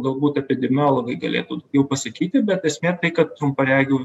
galbūt epidemiologai galėtų pasakyti bet esmė tai kad trumparegių